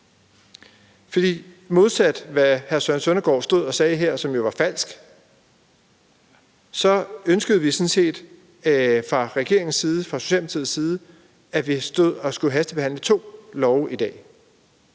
for modsat hvad hr. Søren Søndergaard stod og sagde her, som jo var falsk, ønskede vi sådan set fra regeringens side og fra Socialdemokratiets side, at vi stod og skulle hastebehandle to lovforslag